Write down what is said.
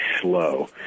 slow